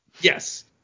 Yes